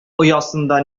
оясында